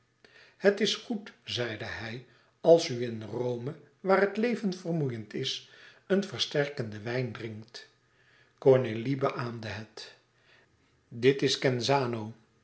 het is goed zeide hij als u in rome waar het leven vermoeiend is een versterkenden wijn drinkt cornélie beaamde het dit is genzano